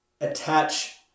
attach